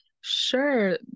sure